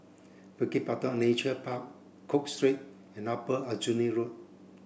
Bukit Batok Nature Park Cook Street and Upper Aljunied Road